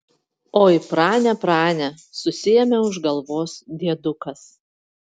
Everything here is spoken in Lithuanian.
oi prane prane susiėmė už galvos diedukas